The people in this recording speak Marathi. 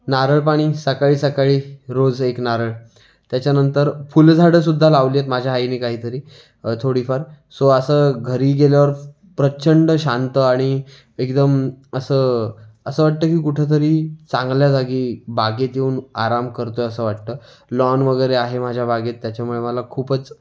नारळपाणी सकाळी सकाळी रोज एक नारळ त्याच्यानंतर फुलझाडंसुद्धा लावली आहेत माझ्या आईनी काहीतरी थोडीफार सो असं घरी गेल्यावर प्रचंड शांत आणि एकदम असं असं वाटतं की कुठेतरी चांगल्या जागी बागेत येऊन आराम करतो आहे असं वाटतं लॉन वगैरे आहे माझ्या बागेत त्याच्यामुळे मला खूपच